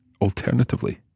alternatively